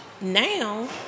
Now